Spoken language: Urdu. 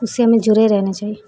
اس سے ہمیں جڑے رہنے چاہیے